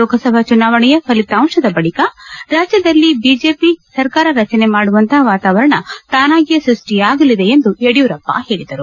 ಲೋಕಸಭಾ ಚುನಾವಣೆಯ ಫಲಿತಾಂತದ ಬಳಿಕ ರಾಜ್ಯದಲ್ಲಿ ಬಿಜೆಪಿ ಸರ್ಕಾರ ರಚನೆ ಮಾಡುವಂತಹ ವಾತಾವರಣ ತಾನಾಗಿಯೇ ಸೃಷ್ಠಿಯಾಗಲಿದೆ ಎಂದು ಯಡಿಯೂರಪ್ಪ ಹೇಳಿದರು